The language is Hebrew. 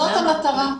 זו המטרה.